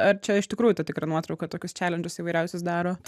ar čia iš tikrųjų ta tikra nuotrauka tokius čelendžus įvairiausius daro